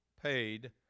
paid